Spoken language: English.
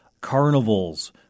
carnivals